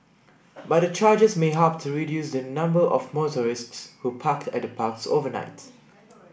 but the charges may help to reduce the number of motorists who park at the parks overnight